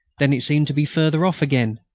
then it seemed to be further off again,